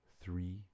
three